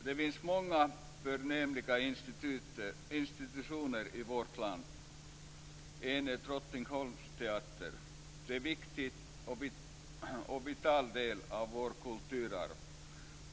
Det finns många förnämliga institutioner i vårt land. En av dem är Drottningholmsteatern. Det är en viktig och vital del av vårt kulturarv.